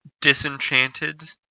Disenchanted